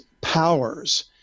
powers